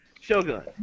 Shogun